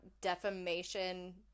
defamation